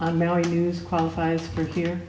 on mary news qualifies for here